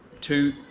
two